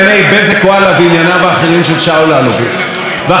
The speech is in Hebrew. ואחרי שיש שני עדי מדינה בפרשה הזאת,